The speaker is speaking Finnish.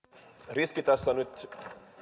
riski tässä on nyt